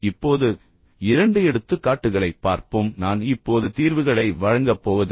இப்போது இரண்டு எடுத்துக்காட்டுகளைப் பார்ப்போம் நான் இப்போது தீர்வுகளை வழங்கப் போவதில்லை